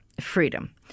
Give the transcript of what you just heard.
freedom